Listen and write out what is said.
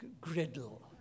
griddle